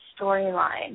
storyline